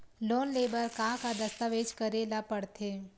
Loan ले बर का का दस्तावेज करेला पड़थे?